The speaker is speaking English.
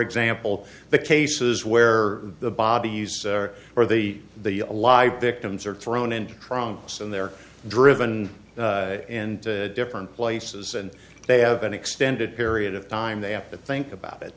example the cases where the bodies are or the the alive victims are thrown into trunks and they're driven and different places and they have an extended period of time they have to think about it